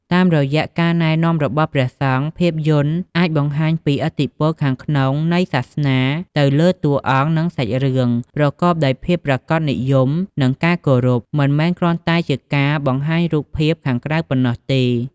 តាមរយៈការណែនាំរបស់ព្រះសង្ឃ ភាពយន្តអាចបង្ហាញពី ឥទ្ធិពលខាងក្នុងនៃសាសនាទៅលើតួអង្គ និងសាច់រឿង ប្រកបដោយភាពប្រាកដនិយម និងការគោរព មិនមែនគ្រាន់តែជាការបង្ហាញរូបភាពខាងក្រៅប៉ុណ្ណោះទេ។